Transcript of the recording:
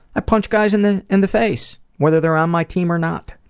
i punch guys in the and the face, whether they're on my team or not,